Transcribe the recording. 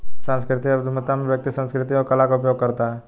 सांस्कृतिक उधमिता में व्यक्ति संस्कृति एवं कला का उपयोग करता है